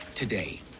Today